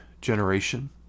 generation